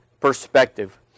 perspective